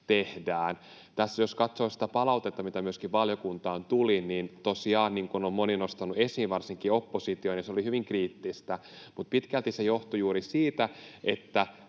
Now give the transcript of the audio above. tehdään. Jos katsoo sitä palautetta, mitä myöskin valiokuntaan tuli, niin tosiaan — niin kuin on moni nostanut esiin, varsinkin oppositio — se oli hyvin kriittistä. Mutta pitkälti se johtui juuri siitä, että